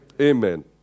amen